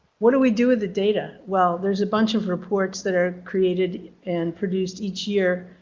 what do we do with the data? well there's a bunch of reports that are created and produced each year,